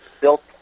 built